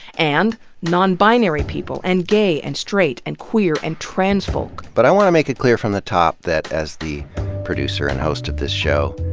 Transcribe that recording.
and non-binary people and gay and straight and queer and trans folk. but i want to make it clear from the top that as the producer and host of this show,